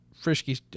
frisky